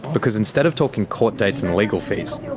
because instead of talking court dates and legal fees,